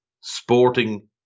Sporting